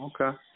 Okay